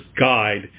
guide